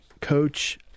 coach